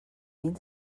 mil